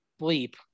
bleep